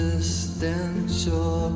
Existential